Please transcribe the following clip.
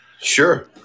sure